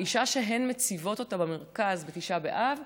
האישה שהן מציבות אותה במרכז בתשעה באב,